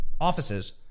offices